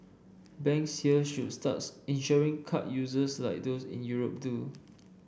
banks here should start insuring card users like those in Europe do